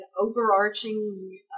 overarching